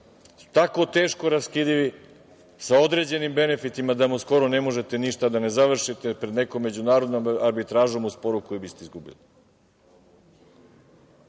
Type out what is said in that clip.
tako teško raskidivi sa određenim benefitima da mu skoro ne možete ništa, a da ne završite pred nekom međunarodnom arbitražom uz poruku koju biste